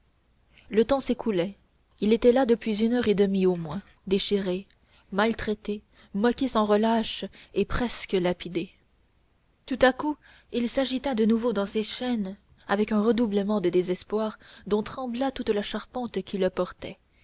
le temps s'écoulait il était là depuis une heure et demie au moins déchiré maltraité moqué sans relâche et presque lapidé tout à coup il s'agita de nouveau dans ses chaînes avec un redoublement de désespoir dont trembla toute la charpente qui le portait